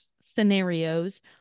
scenarios